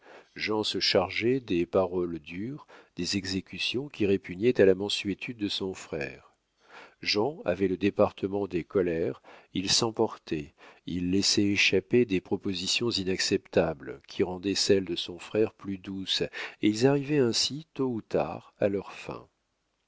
jean se chargeait des paroles dures des exécutions qui répugnaient à la mansuétude de son frère jean avait le département des colères il s'emportait il laissait échapper des propositions inacceptables qui rendaient celles de son frère plus douces et ils arrivaient ainsi tôt ou tard à leurs fins